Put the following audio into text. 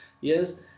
yes